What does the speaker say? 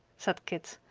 said kit.